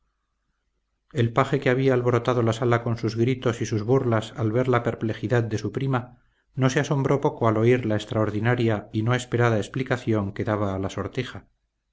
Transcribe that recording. el paje que había alborotado la sala con sus gritos y sus burlas al ver la perplejidad de su prima no se asombró poco al oír la extraordinaria y no esperada explicación que daba a la sortija